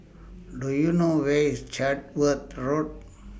Do YOU know Where IS Chatsworth Road